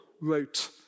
wrote